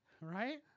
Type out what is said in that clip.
Right